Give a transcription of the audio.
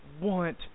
want